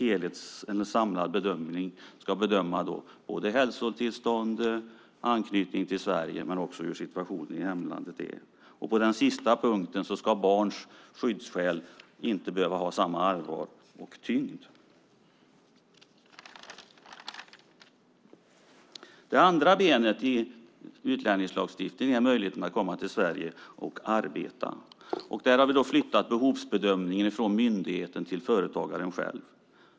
En samlad bedömning ska göras av hälsotillstånd, anknytning till Sverige och situationen i hemlandet. På den sista punkten ska barns skyddsskäl inte behöva ha samma allvar och tyngd. Det andra benet i utlänningslagstiftningen är möjligheten att komma till Sverige och arbeta här. Vi har flyttat behovsbedömningen från myndigheten till företagaren själv.